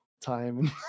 time